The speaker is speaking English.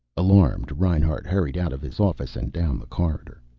alarmed, reinhart hurried out of his office and down the corridor.